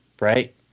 right